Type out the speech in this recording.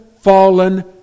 fallen